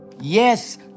Yes